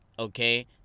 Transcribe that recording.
Okay